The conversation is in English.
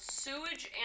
sewage